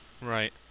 Right